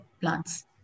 plants